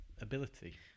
ability